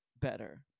better